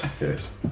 Yes